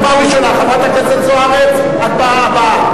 חבר הכנסת פלסנר, אני קורא אותך לסדר פעם ראשונה.